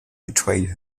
betrayed